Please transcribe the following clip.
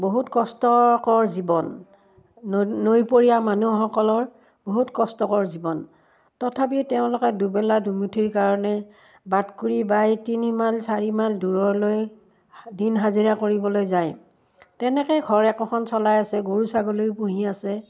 বহুত কষ্টকৰ জীৱন নৈ নৈপৰীয়া মানুহসকলৰ বহুত কষ্টকৰ জীৱন তথাপি তেওঁলোকে দুবেলা দুুমুঠিৰ কাৰণে বাট কুৰি বাই তিনিমাইল চাৰি মাইল দূৰলৈ দিন হাজিৰা কৰিবলৈ যায় তেনেকৈ ঘৰ একোখন চলাই আছে গৰু ছাগলীও পুহি আছে